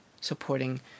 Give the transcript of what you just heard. supporting